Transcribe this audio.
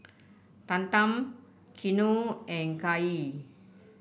Tatum Keanu and Kaye